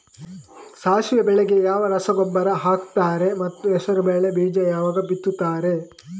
ಸಾಸಿವೆ ಬೆಳೆಗೆ ಯಾವ ರಸಗೊಬ್ಬರ ಹಾಕ್ತಾರೆ ಮತ್ತು ಹೆಸರುಬೇಳೆ ಬೀಜ ಯಾವಾಗ ಬಿತ್ತುತ್ತಾರೆ?